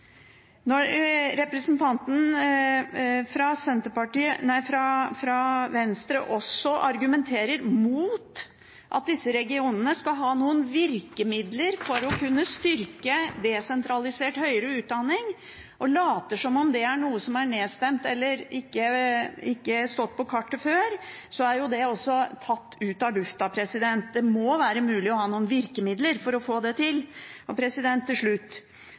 Når representanten fra Venstre også argumenterer mot at disse regionene skal ha noen virkemidler for å kunne styrke desentralisert høyere utdanning, og later som om det er noe som er nedstemt eller ikke har stått på kartet før, er det tatt ut av lufta. Det må være mulig å ha noen virkemidler for å få det til. SV kommer til å stemme imot I, II og